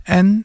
en